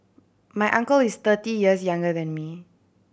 my uncle is thirty years younger than me